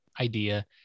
idea